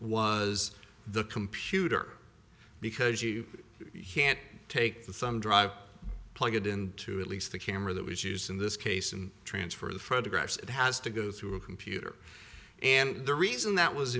was the computer because you can't take the thumb drive plug it into at least the camera that was used in this case and transfer the photographs it has to go through a computer and the reason that was